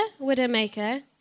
Widowmaker